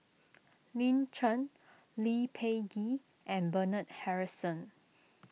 Lin Chen Lee Peh Gee and Bernard Harrison